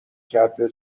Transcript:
کرده